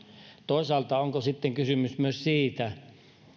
toisaalta onko sitten kysymys myös